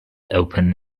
open